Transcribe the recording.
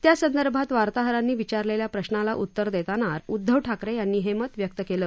त्या संदर्भात वार्ताहरांनी विचारलेल्या प्रश्नाला उत्तर देताना उद्धव ठाकरे यांनी हे मत व्यक्त केलं